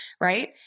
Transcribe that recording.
right